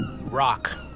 Rock